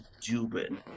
Dubin